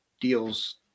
deals